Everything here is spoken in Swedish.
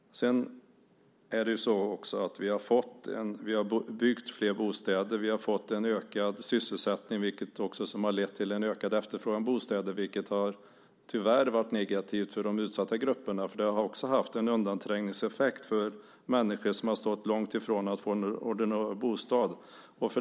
Sedan har vi också byggt fler bostäder. Vi har fått en ökad sysselsättning som har lett till en ökad efterfrågan på bostäder, vilket tyvärr har varit negativt för de utsatta grupperna. Det har ju också haft en undanträngningseffekt för människor som har stått långt ifrån att få en bostad.